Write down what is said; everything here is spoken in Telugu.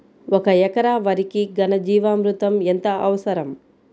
ఒక ఎకరా వరికి ఘన జీవామృతం ఎంత అవసరం?